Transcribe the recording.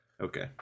Okay